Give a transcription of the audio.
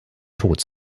tod